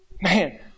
Man